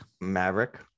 Maverick